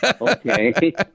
Okay